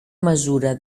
mesura